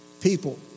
People